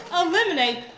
eliminate